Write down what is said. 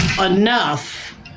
enough